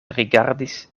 rigardis